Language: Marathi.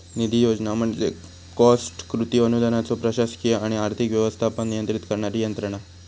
निधी योजना म्हणजे कॉस्ट कृती अनुदानाचो प्रशासकीय आणि आर्थिक व्यवस्थापन नियंत्रित करणारी यंत्रणा